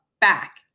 back